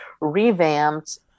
revamped